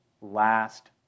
last